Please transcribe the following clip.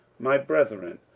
my brethren,